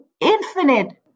infinite